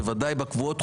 בוודאי בקבועות,